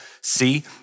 see